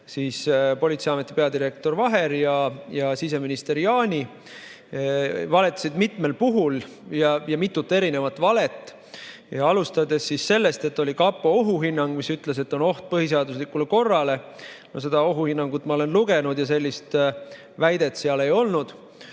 politseiameti peadirektor Vaher ja siseminister Jaani, nad valetasid mitmel puhul ja oli mitu erinevat valet. Alustades sellest, et olevat olnud kapo ohuhinnang, mis ütles, et on oht põhiseaduslikule korrale. Seda ohuhinnangut ma olen lugenud ja sellist väidet seal ei olnud.